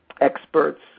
experts